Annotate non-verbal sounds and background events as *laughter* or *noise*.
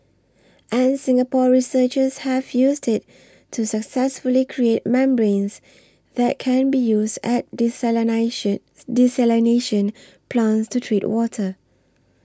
and Singapore researchers have used it to successfully create membranes that can be used at *unintelligible* desalination plants to treat water